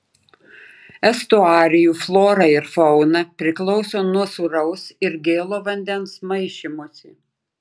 estuarijų flora ir fauna priklauso nuo sūraus ir gėlo vandens maišymosi